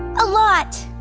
a lot.